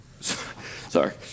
Sorry